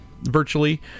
virtually